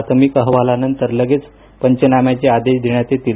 प्राथमिक अहवालानंतर लगेच पंचनाम्याचे आदेश देण्यात येतील